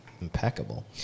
impeccable